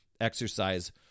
exercise